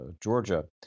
Georgia